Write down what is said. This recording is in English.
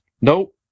nope